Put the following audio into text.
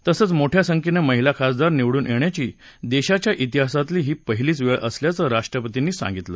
तसंच मोठया संख्येनं महिला खासदार निवडून येण्याची देशाच्या पिहासातली ही पहिलीच वेळ असल्याचं राष्ट्रपतींनी सांगितलं